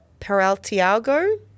Peraltiago